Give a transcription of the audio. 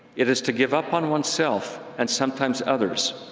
it is to give up on oneself and sometimes others.